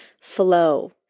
flow